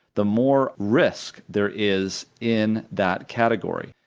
the more risk there is in that category.